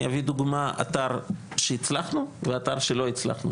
אני אביא דוגמא, אתר שהצלחנו, ואתר שלא הצלחנו.